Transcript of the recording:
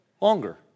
longer